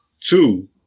Two